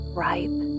ripe